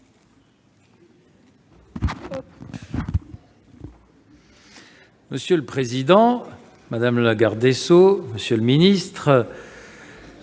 Monsieur le président, madame la garde des sceaux, monsieur le secrétaire